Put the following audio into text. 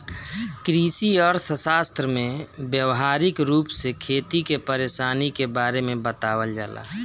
कृषि अर्थशास्त्र में व्यावहारिक रूप से खेती के परेशानी के बारे में बतावल जाला